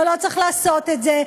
לא, לא צריך לעשות את זה.